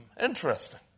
interesting